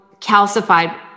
calcified